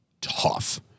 tough